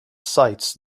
sites